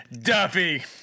Duffy